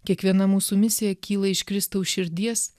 kiekviena mūsų misija kyla iš kristaus širdies